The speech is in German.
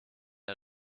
der